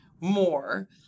more